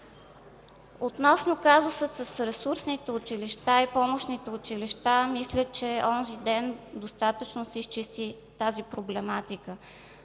Относно казуса с ресурсните и помощните училища. Мисля, че онзи ден достатъчно се изчисти тази проблематика.